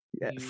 Yes